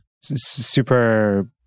Super